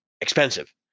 expensive